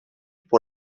pour